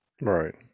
right